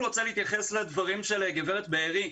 להתייחס לדברים של גברת בארי.